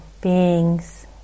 beings